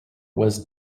was